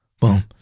Boom